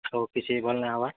ସବୁକିଛି ଭଲ୍ ନାଇଁ ହେବାର୍